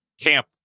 camp